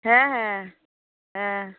হ্যাঁ হ্যাঁ হ্যাঁ